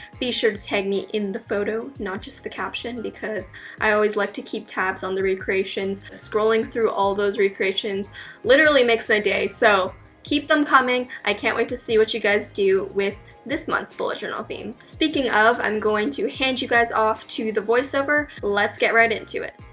be sure to tag me in the photo, not just the caption, because i always like to keep tabs on the recreations, scrolling through all those recreations literally makes my day, so keep them coming. i can't wait to see what you guys do with this month's bullet journal theme. speaking of, i'm going to hand you guys off to the voiceover, let's get right into it.